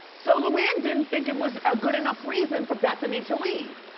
so luann didn't think it was a good enough reason for bethenny to leave,